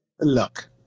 look